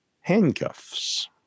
handcuffs